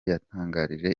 yatangarije